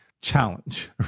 challenge